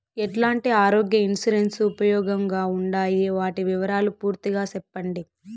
ఎట్లాంటి ఆరోగ్య ఇన్సూరెన్సు ఉపయోగం గా ఉండాయి వాటి వివరాలు పూర్తిగా సెప్పండి?